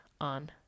on